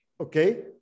Okay